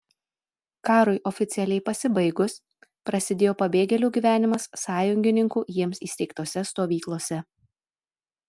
karui oficialiai pasibaigus prasidėjo pabėgėlių gyvenimas sąjungininkų jiems įsteigtose stovyklose